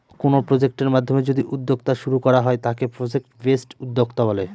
কোনো প্রজেক্টের মাধ্যমে যদি উদ্যোক্তা শুরু করা হয় তাকে প্রজেক্ট বেসড উদ্যোক্তা বলে